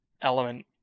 element